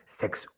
sex